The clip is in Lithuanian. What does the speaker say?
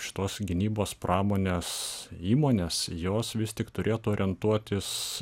šitos gynybos pramonės įmonės jos vis tik turėtų orientuotis